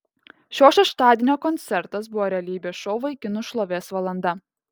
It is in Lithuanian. šio šeštadienio koncertas buvo realybės šou vaikinų šlovės valanda